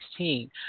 2016